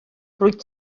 rwyt